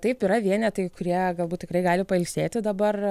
taip yra vienetai kurie galbūt tikrai gali pailsėti dabar